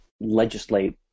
legislate